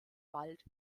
bald